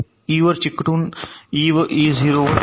E 0 वर चिकटून E 0 वर अडकले